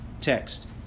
text